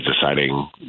deciding